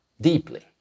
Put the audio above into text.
deeply